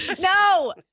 No